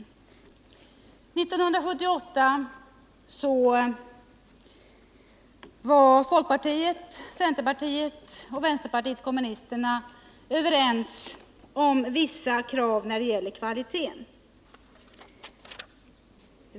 1978 var folkpartiet, centerpartiet och vänsterpartiet kommunisterna överens om vissa krav på kvaliteten.